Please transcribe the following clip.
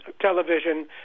television